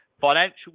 Financial